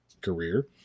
career